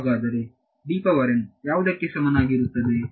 ಹಾಗಾದರೆ ಯಾವುದಕ್ಕೆ ಸಮನಾಗಿರುತ್ತದೆ